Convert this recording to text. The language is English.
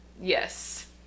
yes